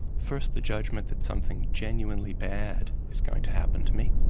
first the judgment that something genuinely bad is going to happen to me,